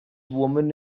woman